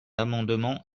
amendement